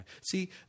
See